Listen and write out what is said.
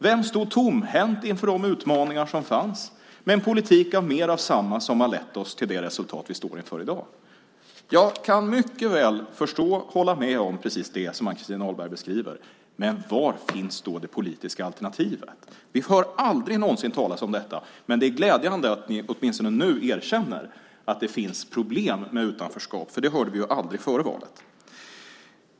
Vem stod tomhänt inför de utmaningar som fanns, med en politik med mer av samma som har lett oss till det resultat som vi står inför i dag? Jag kan mycket väl hålla med om precis det som Ann-Christin Ahlberg beskriver. Men var finns det politiska alternativet? Vi hör aldrig någonsin talas om detta. Men det är glädjande att ni åtminstone nu erkänner att det finns problem med utanförskap. Det hörde vi aldrig före valet.